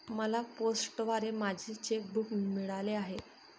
मला पोस्टाद्वारे माझे चेक बूक मिळाले आहे